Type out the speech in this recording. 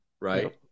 right